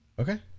Okay